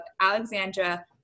Alexandra